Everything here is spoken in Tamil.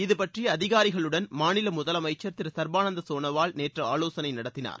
இதுபற்றி அதிகாரிகளுடன் மாநில முதலமைச்சர் திரு சர்பானந்த சோனாவால் நேற்று ஆலோசனை நடத்தினார்